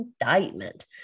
indictment